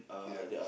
ya